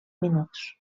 minuts